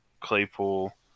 Claypool